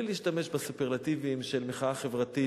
בלי להשתמש בסופרלטיבים של מחאה חברתית,